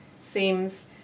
seems